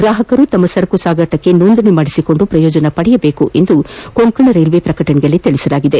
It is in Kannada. ಗಾಪಕರು ತಮ್ನ ಸರಕು ಸಾಗಣೆಗೆ ನೊಂದಣಿ ಮಾಡಿಸಿಕೊಂಡು ಪ್ರಯೋಜನ ಪಡೆಯದೇಕು ಎಂದು ಕೊಂಕಣ ರೈಲ್ವೆ ಪ್ರಕಟಣೆಯಲ್ಲಿ ತಿಳಿಸಿದೆ